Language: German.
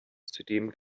zudem